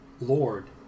lord